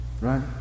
Right